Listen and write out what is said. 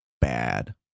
bad